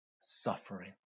suffering